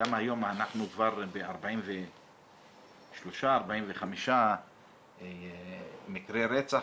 שגם היום אנחנו כבר ב-45-43 מקרי רצח,